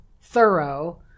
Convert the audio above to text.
thorough